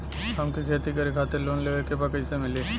हमके खेती करे खातिर लोन लेवे के बा कइसे मिली?